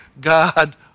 God